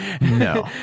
No